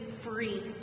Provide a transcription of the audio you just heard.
free